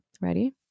Ready